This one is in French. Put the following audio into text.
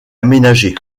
aménagé